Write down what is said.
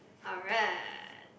alright